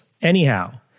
Anyhow